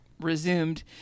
Resumed